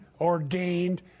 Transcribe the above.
ordained